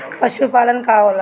पशुपलन का होला?